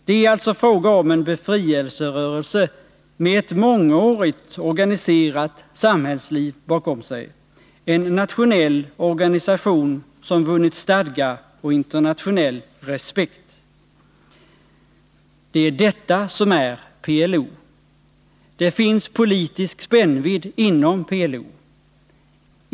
Det är alltså fråga om en befrielserörelse med ett mångårigt organiserat samhällsliv bakom sig, en nationell organisation som vunnit stadga och internationell respekt. Det är detta som är PLO. Det finns politisk spännvidd inom PLO.